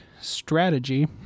strategy